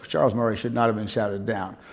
charles murray should not have been shouted down.